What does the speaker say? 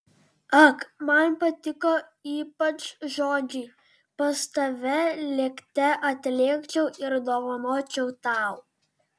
ak man patiko ypač žodžiai pas tave lėkte atlėkčiau ir dovanočiau tau